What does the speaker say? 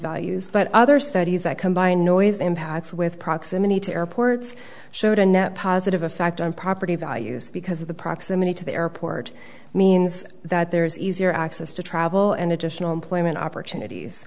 values but other studies that combine noise impacts with proximity to airports showed a net positive effect prices on values because of the proximity to the airport means that there is easier access to travel and additional employment opportunities